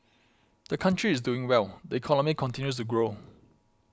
the country is doing well the economy continues to grow